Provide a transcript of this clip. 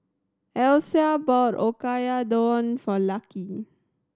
Alysia bought Oyakodon for Lucky